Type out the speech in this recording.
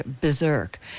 berserk